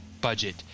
budget